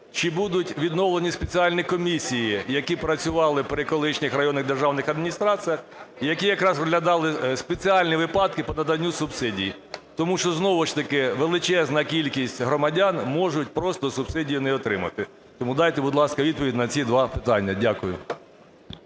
Чи будуть відновлені спеціальні комісії, які працювали при колишніх районних державних адміністраціях, які якраз розглядали спеціальні випадки по наданню субсидій? Тому що знову ж таки величезна кількість громадян можуть просто субсидії не отримати. Тому дайте, будь ласка, відповідь на ці два питання. Дякую.